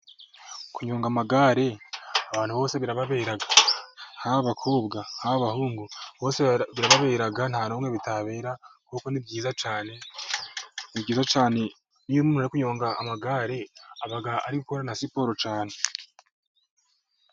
Kunyonga amagare abantu bose birababera habakobwa n'abahungu birabera nta numwe bitabera kuko ni byiza cyane, niyo umuntu ari kunyonga igare aba ari gukora na siporo cyane.